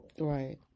Right